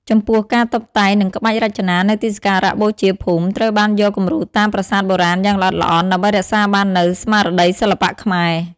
ចំពោះ ការតុបតែងនិងក្បាច់រចនានៅទីសក្ការៈបូជាភូមិត្រូវបានយកគំរូតាមប្រាសាទបុរាណយ៉ាងល្អិតល្អន់ ដើម្បីរក្សាបាននូវ ស្មារតីសិល្បៈខ្មែរ ។